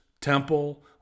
Temple